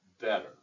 better